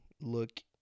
look